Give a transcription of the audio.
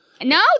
No